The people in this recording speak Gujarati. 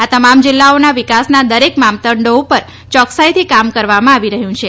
આ તમામ જિલ્લાઓના વિકાસના દરેક માપદંડી ઉપર ચોક્સાઈથી કામ કરવામાં આવી રહ્યું છે